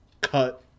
Cut